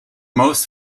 most